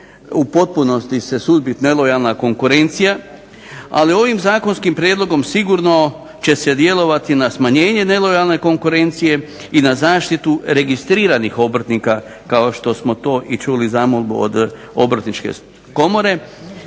u potpunosti se suzbiti nelojalna konkurencija, ali ovim zakonskim prijedlogom sigurno će se djelovati na smanjenje nelojalne konkurencije i na zaštitu registriranih obrtnika kao što smo to i čuli zamolbu od Obrtničke komore.